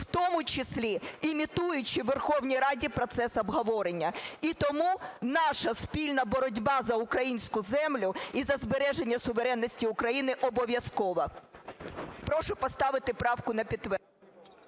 в тому числі імітуючи у Верховній Раді процес обговорення. І тому наша спільна боротьба за українську землю і за збереження суверенності України обов'язкова. Прошу поставити правку на підтвердження.